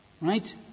right